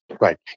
Right